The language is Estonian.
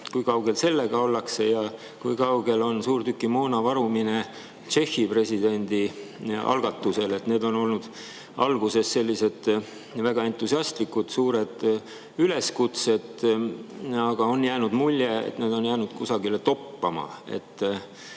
Kui kaugel sellega ollakse ja kui kaugel on suurtükimoona varumine Tšehhi presidendi algatusel? Need olid alguses väga entusiastlikud suured üleskutsed, aga on jäänud mulje, et need on jäänud kusagile toppama.